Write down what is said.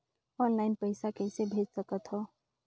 Online पइसा कइसे भेज सकत हो?